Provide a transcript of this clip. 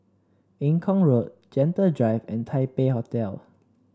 Eng Kong Road Gentle Drive and Taipei Hotel